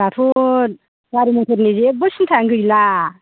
दाथ' गारि मथरनि जेबो सिन्थायानो गैला